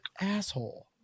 asshole